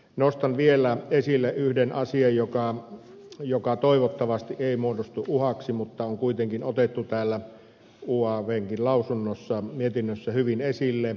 nostan vielä esille yhden asian joka toivottavasti ei muodostu uhaksi mutta on kuitenkin otettu täällä uavnkin mietinnössä hyvin esille